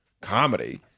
comedy